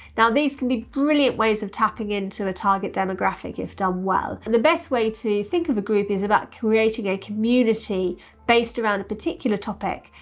now these can be brilliant ways of tapping into a target demographic if done well. the best way to think of a group is about creating a community based around a particular topic,